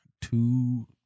Two